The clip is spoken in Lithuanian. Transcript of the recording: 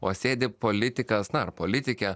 o sėdi politikas na ar politikė